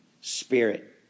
Spirit